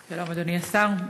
שלום, אדוני השר.